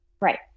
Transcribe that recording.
Right